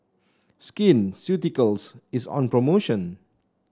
Skin Ceuticals is on promotion